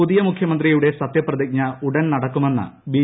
പുതിയ മുഖ്യമന്ത്രിയുടെ സ്ത്യപ്രതിജ്ഞ ഉടൻ നടക്കുമെന്ന് ബി